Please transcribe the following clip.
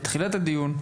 בתחילת הדיון,